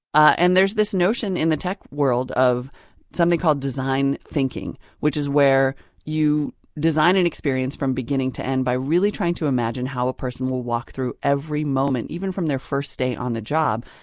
and there's this notion in the tech world of something called design thinking, which is where you design an experience from beginning to end by really trying to imagine how a person will walk through every moment even from their first day on the job.